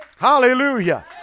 Hallelujah